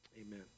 Amen